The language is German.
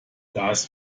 das